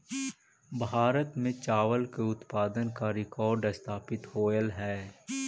भारत में चावल के उत्पादन का रिकॉर्ड स्थापित होइल हई